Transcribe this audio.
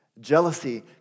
jealousy